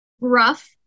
rough